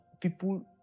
people